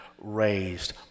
raised